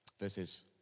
Verses